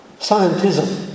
scientism